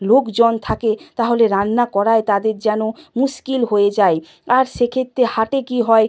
লোকজন থাকে তাহলে রান্না করাই তাদের যেন মুশকিল হয়ে যায় আর সেক্ষেত্রে হাটে কী হয়